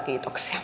kiitoksia